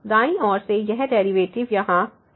दाईं ओर से यह डेरिवेटिव यहाँ fg है